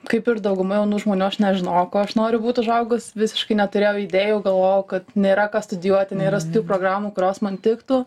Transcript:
kaip ir dauguma jaunų žmonių aš nežinojau kuo aš noriu būt užaugus visiškai neturėjau idėjų galvojau kad nėra ką studijuoti nėra studijų programų kurios man tiktų